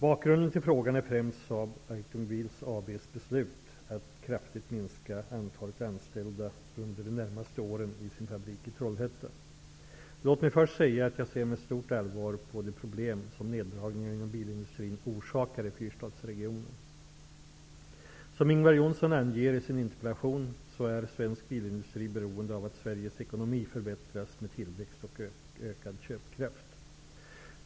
Bakgrunden till frågan är främst Saab Automobile AB:s beslut att kraftigt minska antalet anställda under de närmaste åren vid sin fabrik i Trollhättan. Låt mig först säga att jag ser med stort allvar på de problem som neddragningarna inom bilindustrin orsakar i fyrstadsregionen. Som Ingvar Johnsson anger i sin interpellation är svensk bilindustri beroende av att Sveriges ekonomi förbättras med tillväxt och ökad köpkraft.